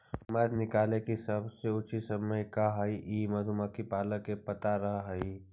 मध निकाले के सबसे उचित समय का हई ई मधुमक्खी पालक के पता रह हई